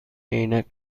عینک